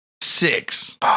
Six